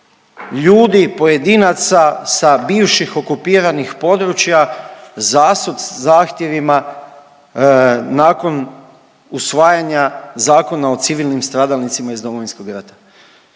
ljudi, pojedinaca sa bivših okupiranih područja zasut zahtjevima nakon usvajanja Zakona o civilnim stradalnicima iz Domovinskog rata.